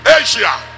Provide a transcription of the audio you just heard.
Asia